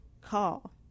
Call